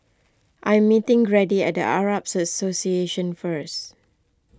I am meeting Grady at the Arab Association first